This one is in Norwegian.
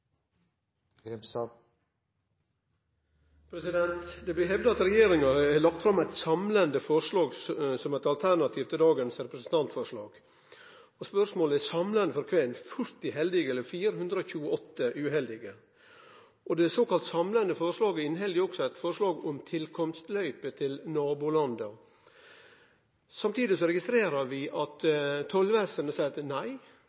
snøscooter. Det blir replikkordskifte. Det blir hevda at regjeringa har lagt fram eit samlande forslag som eit alternativ til dagens representantforslag. Spørsmålet er: Samlande for kven – 40 heldige eller 428 uheldige? Det såkalla samlande forslaget inneheld også eit forslag om tilkomstløyper til nabolanda. Samtidig registrerer vi at